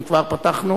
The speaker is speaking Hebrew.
אם כבר פתחנו.